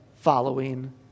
following